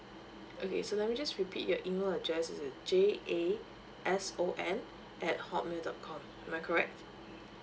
okay so let me just repeat your email address it is J_A_S_O_N at hotmail dot com am I correct